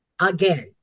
again